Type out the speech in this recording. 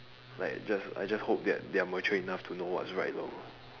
like just I just hope that they are mature enough to know what's right and wrong